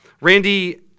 Randy